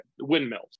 windmills